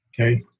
okay